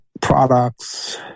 products